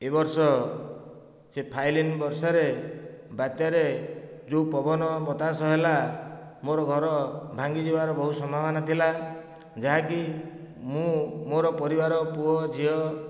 ଏ ବର୍ଷ ସେ ଫାଇଲିନ୍ ବର୍ଷାରେ ବାତ୍ୟାରେ ଯେଉଁ ପବନ ବତାଶ ହେଲା ମୋର ଘର ଭାଙ୍ଗିଯିବାର ବହୁ ସମ୍ଭାବନା ଥିଲା ଯାହାକି ମୁଁ ମୋର ପରିବାର ପୁଅ ଝିଅ